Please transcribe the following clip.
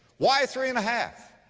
why three and a half?